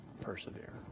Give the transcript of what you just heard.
persevere